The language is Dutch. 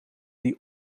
die